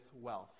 wealth